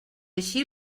així